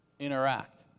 Interact